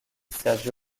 sergio